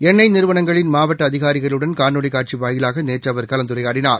எண்ணெய் நிறுவனங்களின் மாவட்டஅதிகாரிகளுடன் காணொலிகாட்சிவாயிலாகநேற்றுஅவர் கலந்துரையாடினார்